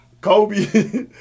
Kobe